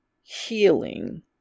healing